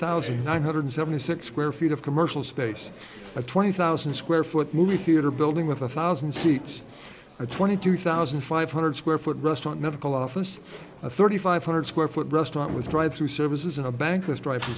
thousand nine hundred seventy six square feet of commercial space a twenty thousand square foot movie theater building with a thousand seats a twenty two thousand five hundred square foot restaurant medical office a thirty five hundred square foot restaurant with drive thru services in a bank